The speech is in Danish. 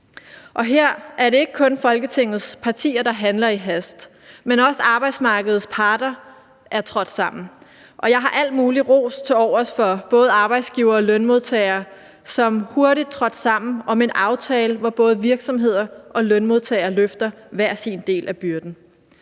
her er det ikke kun Folketingets partier, der handler i hast, men også arbejdsmarkedets parter er trådt sammen. Jeg har al mulig ros tilovers for både arbejdsgivere og lønmodtagere, som hurtigt trådte sammen om en aftale, hvor både virksomheder og lønmodtagere løfter hver sin del af byrden.